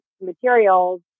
materials